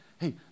hey